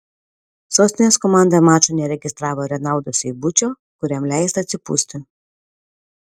sostinės komanda mačui neregistravo renaldo seibučio kuriam leista atsipūsti